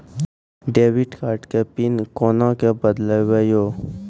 Debit card के PIN कोना के बदलबै यो?